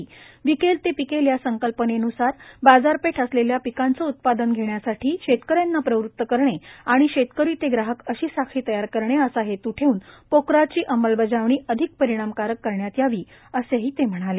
विकेल ते पिकेल या संकल्पनेन्सार बाजारपेठ असलेल्या पिकांचे उत्पन्न घेण्यासाठी शेतकऱ्यांना प्रवृत्त करणे आणि शेतकरी ते ग्राहक अशी साखळी तयार करणे असा हेतू ठेवून पोकराची अंमलबजावणी अधिक परिणामकारक करण्यात यावी असेही ते म्हणाले